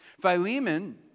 Philemon